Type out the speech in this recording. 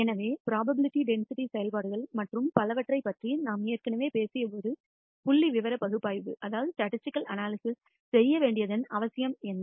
எனவே probability density செயல்பாடுகள் மற்றும் பலவற்றைப் பற்றி நாம் ஏற்கனவே பேசியபோது புள்ளிவிவர பகுப்பாய்வு செய்ய வேண்டியதன் அவசியம் என்ன